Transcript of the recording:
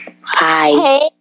Hi